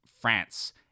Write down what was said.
France